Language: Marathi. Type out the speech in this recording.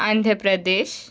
आंध्य प्रदेश